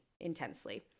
intensely